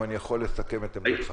אם אני יכול לסכם את עמדתך.